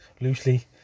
loosely